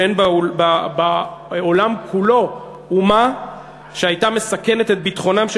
שאין בעולם כולו אומה שהייתה מסכנת את ביטחונם של